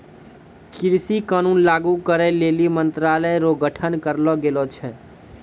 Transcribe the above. कृषि कानून लागू करै लेली मंत्रालय रो गठन करलो गेलो छै